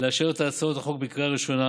לאשר את הצעות החוק בקריאה ראשונה